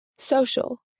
Social